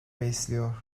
besliyor